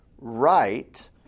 right